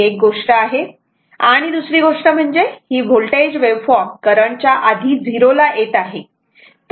ही एक गोष्ट आहे आणि दुसरी गोष्ट म्हणजे ही होल्टेज वेव्हफॉर्म करंटच्या आधी 0 ला येत आहे